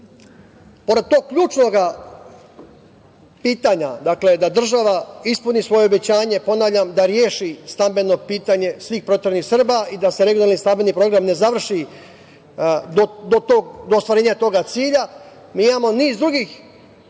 Pored tog ključnog pitanja da država ispuni svoje obećanje, ponavljam, da reši stambeno pitanje svih proteranih Srba i da se Regionalni stambeni program ne završi do ostvarenja toga cilja, mi imamo niz drugih